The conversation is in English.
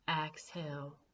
Exhale